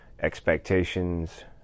Expectations